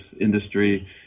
industry